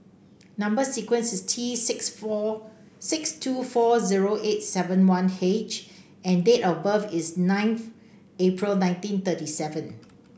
number sequence is T six four six two four zero eight seven one H and date of birth is ninth April nineteen thirty seven